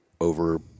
over